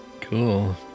Cool